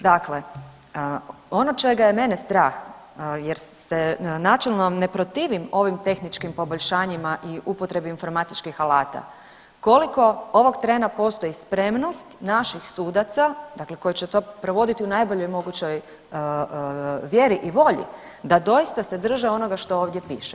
Dakle, ono čega je mene strah jer se načelno ne protivim ovim tehničkim poboljšanjima i upotrebe informatičkih alata, koliko ovog trena postoji spremnost naših sudaca, dakle koji će to provoditi u najboljoj mogućoj vjeri i volji da doista se drže onoga što ovdje piše?